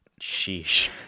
sheesh